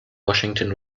washington